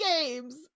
games